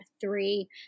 three